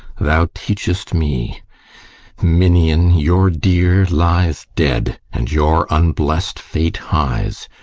thou teachest me minion, your dear lies dead, and your unbless'd fate hies.